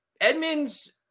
Edmonds